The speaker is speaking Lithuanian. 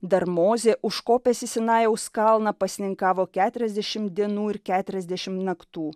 dar mozė užkopęs į sinajaus kalną pasninkavo keturiasdešim dienų ir keturiasdešim naktų